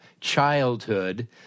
childhood